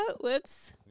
whoops